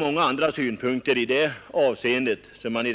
Många synpunkter skulle kunna anföras ytterligare i